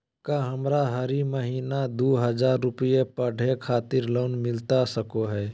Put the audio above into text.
का हमरा हरी महीना दू हज़ार रुपया पढ़े खातिर लोन मिलता सको है?